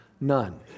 None